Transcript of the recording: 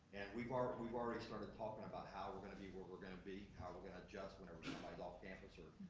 and we've um we've already started talking about how we're gonna be where we're gonna be, how we're gonna adjust whenever somebody's off campus,